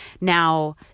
now